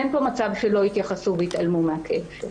אין פה מצב שלא התייחסו והתעלמו מהכאב שלה.